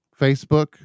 Facebook